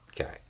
Okay